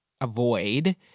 avoid